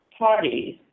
Parties